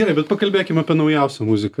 gerai bet pakalbėkim apie naujausią muziką